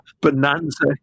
Bonanza